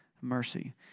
mercy